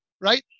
right